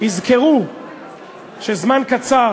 יזכרו שזמן קצר